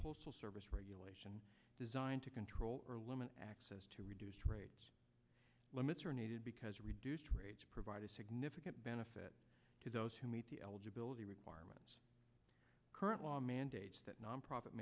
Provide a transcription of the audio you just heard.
postal service regulation designed to control or limit access to reduced rates limits are needed because reduced rates provide a significant benefit to those who meet the eligibility requirements current law mandates that nonprofit